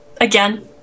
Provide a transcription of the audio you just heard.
again